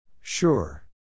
Sure